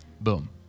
boom